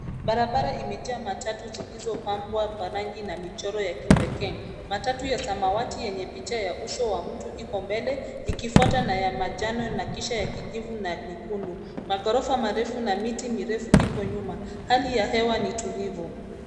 Barabara imejaa matatu zilizopambwa kwa rangi na michoro ya kipekee. Matatu ya samawati yenye picha ya uso wa mtu iko mbele ikifuatwa na ya manjano na kisha ya kijivu na nyekundu. Maghorofa marefu na miti mirefu ipo nyuma. Hali ya hewa ni tulivu.